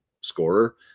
scorer